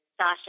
Sasha